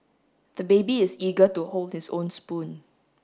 the baby is eager to hold his own spoon